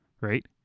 right